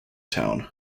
town